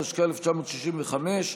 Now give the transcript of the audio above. התשכ"ה 1965,